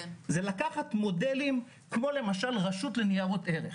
הפתרון הוא לקחת מודלים כמו למשל הרשות לניירות ערך,